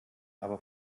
aber